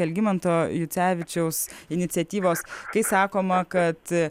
algimanto jucevičiaus iniciatyvos kai sakoma kad